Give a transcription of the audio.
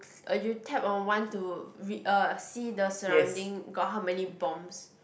a tap on one to uh see the surrounding got how many bombs